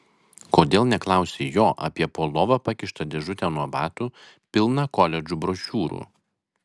kodėl neklausi jo apie po lova pakištą dėžutę nuo batų pilną koledžų brošiūrų